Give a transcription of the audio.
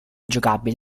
giocabile